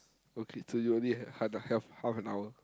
okay so you only have half half an hour